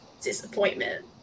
Disappointment